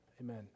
Amen